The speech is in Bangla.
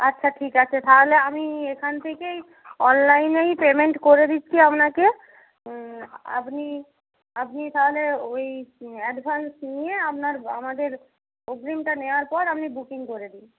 আচ্ছা ঠিক আছে তাহলে আমি এখান থেকেই অনলাইনেই পেমেন্ট করে দিচ্ছি আপনাকে আপনি আপনি তাহলে ওই অ্যাডভান্স নিয়ে আপনার আমাদের অগ্রিমটা নেওয়ার পর আপনি বুকিং করে দিন